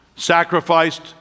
sacrificed